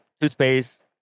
toothpaste